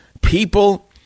People